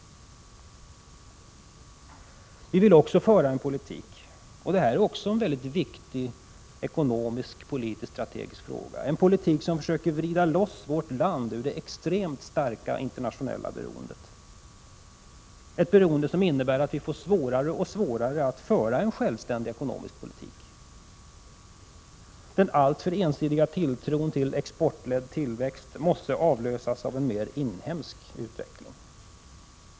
Vi vill också föra en politik — och det är också en viktig ekonomisk-politisk strategisk fråga — som försöker vrida loss vårt land ur det extremt starka internationella beroendet. Det är ett beroende som innebär att det blir svårare och svårare att föra en självständig ekonomisk politik. Den alltför ensidiga tilltron till exportledd tillväxt måste avlösas av en mer inhemsk utveckling.